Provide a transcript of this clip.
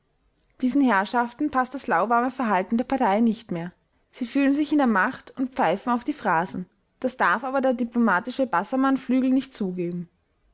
diesen herrschaften paßt das lauwarme verhalten der partei nicht mehr sie fühlen sich in der macht und pfeifen auf die phrasen das darf aber der diplomatische bassermann flügel nicht zugeben